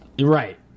Right